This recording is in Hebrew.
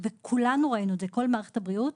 כולנו ראינו את זה, כל מערכת הבריאות.